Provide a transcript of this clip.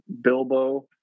Bilbo